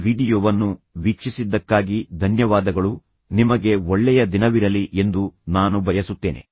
ಈ ವೀಡಿಯೊವನ್ನು ವೀಕ್ಷಿಸಿದ್ದಕ್ಕಾಗಿ ಧನ್ಯವಾದಗಳು ನಿಮಗೆ ಒಳ್ಳೆಯ ದಿನವಿರಲಿ ಎಂದು ನಾನು ಬಯಸುತ್ತೇನೆ